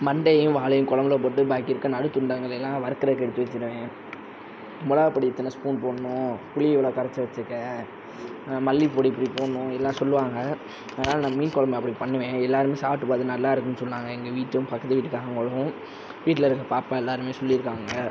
மண்டையும் வாலையும் குழம்புல போட்டு பாக்கி இருக்கற நடு துண்டங்களைலாம் வறுக்கிறதுக்கு எடுத்து வச்சுருவேன் மிளகாப்பொடி இத்தனை ஸ்பூன் போடணும் புளி இவ்வளோ கரைச்சி வச்சுக்க மல்லிப்பொடி இப்படி போடணும் எல்லாம் சொல்லுவாங்க அதனால் நான் மீன்குழம்பு அப்படி பண்ணுவேன் எல்லாருமே சாப்பிட்டு பார்த்துட்டு நல்லாயிருக்குன்னு சொன்னாங்க எங்கள் வீட்டிலையும் பக்கத்து வீட்டுகாரவங்களும் வீட்டில் இருக்கிற பாப்பா எல்லோருமே சொல்லியிருக்காங்க